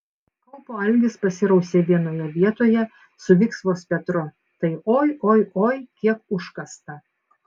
kaupo algis pasirausė vienoje vietoje su viksvos petru tai oi oi oi kiek užkasta